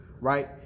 Right